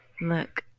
look